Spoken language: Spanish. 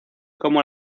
como